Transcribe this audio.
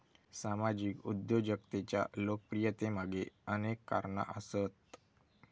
सामाजिक उद्योजकतेच्या लोकप्रियतेमागे अनेक कारणा आसत